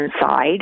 inside